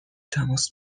تماس